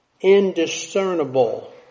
indiscernible